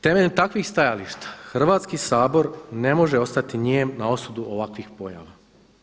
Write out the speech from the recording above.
Temeljem takvih stajališta Hrvatski sabor ne može ostati nijem na osudu ovakvih pojava.